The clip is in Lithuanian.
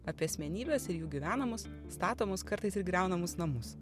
apie asmenybes ir jų gyvenamus statomus kartais ir griaunamus namus